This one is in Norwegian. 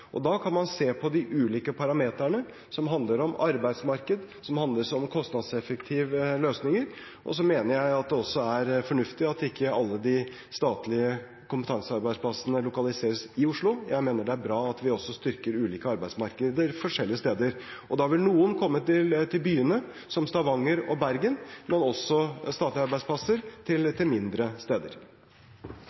Da kan man se på de ulike parameterne som handler om arbeidsmarked, som handler om kostnadseffektive løsninger. Så mener jeg at det også er fornuftig at ikke alle de statlige kompetansearbeidsplassene lokaliseres i Oslo. Jeg mener det er bra at vi også styrker ulike arbeidsmarkeder forskjellige steder. Da vil noen statlige arbeidsplasser komme til byene, som Stavanger og Bergen, men også til mindre steder. Dette spørsmålet, fra representanten Ingunn Gjerstad til